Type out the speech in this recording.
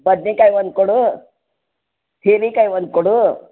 ಬದ್ನೇಕಾಯಿ ಒಂದು ಕೊಡು ಹೀರೆಕಾಯಿ ಒಂದು ಕೊಡು